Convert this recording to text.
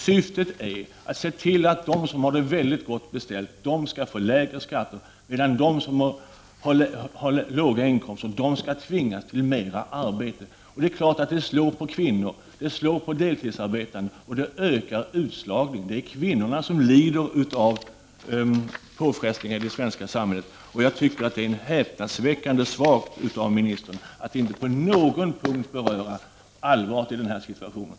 Syftet är att se till att de som har det väldigt gott ställt skall få lägre skatter, medan de som har låga inkomster skall tvingas till mer arbete. Det är klart att det slår på kvinnorna, det slår på deltidsarbetande och det ökar utslagningen. Det är kvinnorna som lider av påfrestningarna i det svenska samhället. Jag tycker det är häpnadsväckande svagt av ministern att inte på någon punkt beröra allvaret i den här situationen.